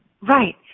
right